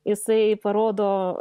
jisai parodo